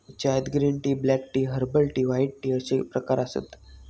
चायत green tea, black tea, herbal tea, white tea अश्ये प्रकार आसत